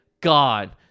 God